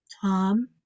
Tom